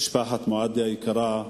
משפחת מועדי היקרה,